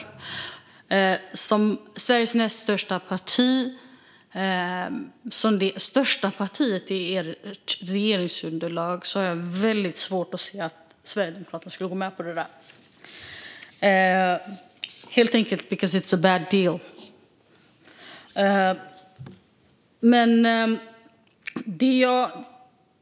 De är ju är Sveriges näst största parti och det största partiet i ert regeringsunderlag, och jag har väldigt svårt att se att de skulle gå med på det, helt enkelt because it's a bad deal.